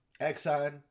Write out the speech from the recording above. Exxon